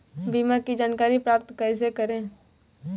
बीमा की जानकारी प्राप्त कैसे करें?